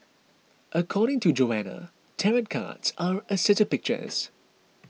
according to Joanna tarot cards are a set of pictures